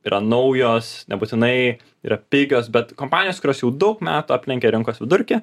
yra naujos nebūtinai yra pigios bet kompanijos kurios jau daug metų aplenkė rinkos vidurkį